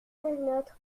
notre